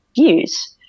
views